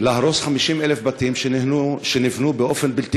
להרוס 50,000 בתים שנבנו באופן בלתי